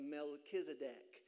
Melchizedek